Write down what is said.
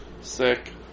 Sick